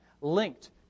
linked